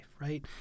right